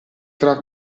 tra